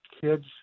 kids